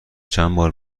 چندبار